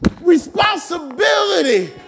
responsibility